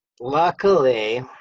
Luckily